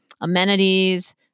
amenities